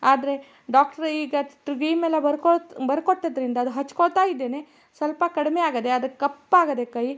ಆದರೆ ಡಾಕ್ಟ್ರು ಈಗ ಕ್ರೀಮ್ ಎಲ್ಲ ಬರ್ಕೋತ ಬರಕೊಟ್ಟದ್ರಿಂದ ಅದು ಹಚ್ಚಿಕೊಳ್ತಾ ಇದ್ದೇನೆ ಸ್ವಲ್ಪ ಕಡಿಮೆ ಆಗಿದೆ ಆದರೆ ಕಪ್ಪಾಗಿದೆ ಕೈ